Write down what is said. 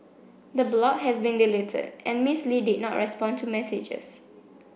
the blog has been deleted and Miss Lee did not respond to messages